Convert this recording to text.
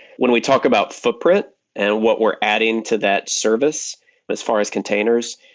when we talk about footprint and what we're adding to that service but as far as containers,